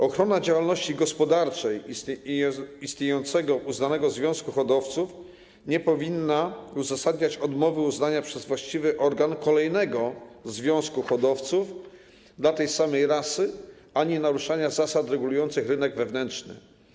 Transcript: Ochrona działalności gospodarczej istniejącego uznanego związku hodowców nie powinna uzasadniać odmowy uznania przez właściwy organ kolejnego związku hodowców dla tej samej rasy ani naruszania zasad regulujących rynek wewnętrzny.